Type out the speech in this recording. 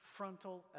frontal